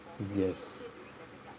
yes